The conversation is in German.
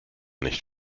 nicht